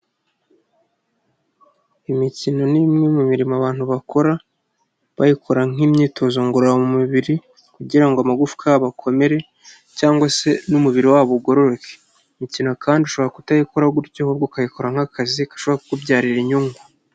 Imikino ni imwe mu mirimo abantu bakora, bayikora nk'imyitozo ngororamubiri kugira ngo amagufwa yabo akomere cyangwa se n'umubiri wabo ugororoke. Imikino kandi ushobora kutayikora gutyo ahubwo ukayikora nk'akazi kashobora kukubyarira inyungu.